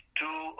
two